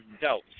doubts